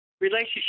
relationship